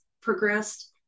progressed